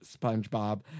SpongeBob